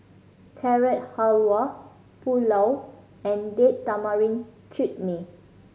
Carrot Halwa Pulao and Date Tamarind Chutney